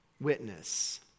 witness